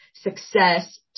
success